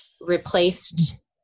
replaced